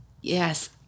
Yes